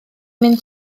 mynd